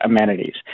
amenities